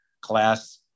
class